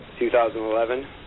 2011